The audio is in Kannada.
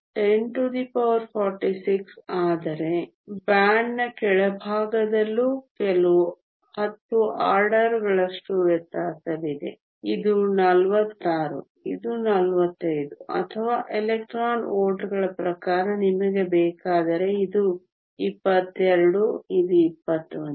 ಆದ್ದರಿಂದ 1046 ಆದರೆ ಬ್ಯಾಂಡ್ನ ಕೆಳಭಾಗದಲ್ಲೂ ಕೇವಲ 10 ಆರ್ಡರ್ಗಳಷ್ಟು ವ್ಯತ್ಯಾಸವಿದೆ ಇದು 46 ಇದು 45 ಅಥವಾ ಎಲೆಕ್ಟ್ರಾನ್ ವೋಲ್ಟ್ಗಳ ಪ್ರಕಾರ ನಿಮಗೆ ಬೇಕಾದರೆ ಇದು 22 ಇದು 21